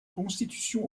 constitution